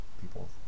people